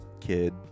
kid